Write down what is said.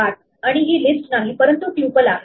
8आणि ही लिस्ट नाही परंतु ट्यूपल आहे